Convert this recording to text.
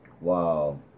Wow